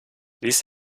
dies